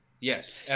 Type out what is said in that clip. Yes